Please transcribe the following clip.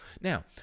now